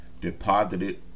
Deposited